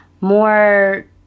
more